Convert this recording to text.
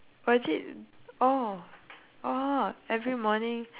was it oh orh every morning